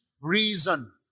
reason